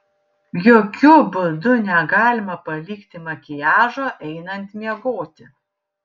jokiu būdu negalima palikti makiažo einant miegoti